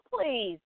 Please